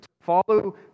follow